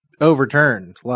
overturned